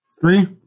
Three